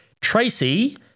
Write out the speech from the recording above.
Tracy